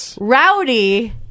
Rowdy